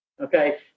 okay